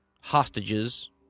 hostages